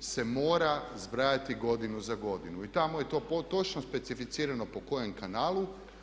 se mora zbrajati godinu za godinu i tamo je to točno specificirano po kojem kanalu.